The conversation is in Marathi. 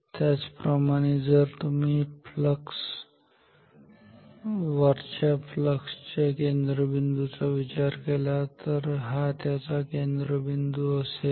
त्याचप्रमाणे जर तुम्ही वरच्या फ्लक्स च्या केंद्रबिंदू चा विचार केला तर हा त्याचा केंद्रबिंदू असेल